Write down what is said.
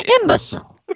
imbecile